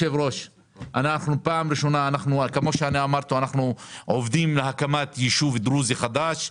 זאת פעם ראשונה שאנחנו פועלים להקמת ישוב דרוזי חדש.